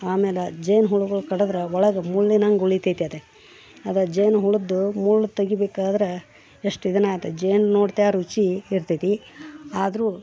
ಆಮೇಲೆ ಜೇನು ಹುಳುಗಳು ಕಡಿದ್ರೆ ಒಳಗೆ ಮುಳ್ಳಿನಂಗೆ ಉಳಿತೈತೆ ಅದು ಜೇನು ಹುಳದ್ದು ಮುಳ್ಳು ತೆಗಿಬೇಕಾದ್ರೆ ಎಷ್ಟು ಇದನ್ನ ಆತ ಜೇನು ನೋಡ್ತಾ ರುಚಿ ಇರ್ತೈತಿ ಆದರೂ